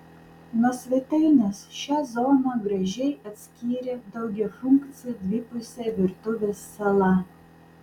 nuo svetainės šią zoną gražiai atskyrė daugiafunkcė dvipusė virtuvės sala